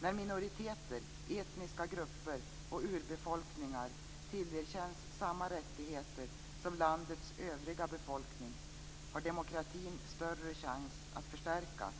När minoriteter, etniska grupper och urbefolkningar tillerkänns samma rättigheter som landets övriga befolkning har demokratin större chans att förstärkas.